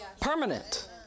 Permanent